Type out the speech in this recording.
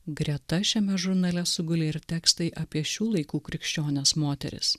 greta šiame žurnale sugulė ir tekstai apie šių laikų krikščiones moteris